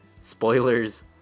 Spoilers